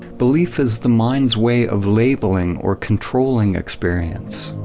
belief is the mind's way of labeling or controlling experience.